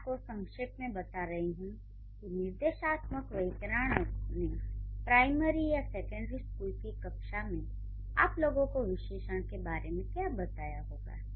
मैं आपको संक्षेप में बता रही हूँ कि निर्देशात्मक वैयाकरणों ने प्राइमरी या सैकंडरी स्कूल की कक्षाओं में आप लोगों को विशेषण के बारे में क्या बताया होगा